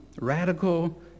radical